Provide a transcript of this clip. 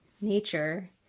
nature